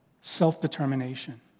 self-determination